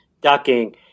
ducking